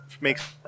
makes